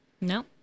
No